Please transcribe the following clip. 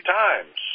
times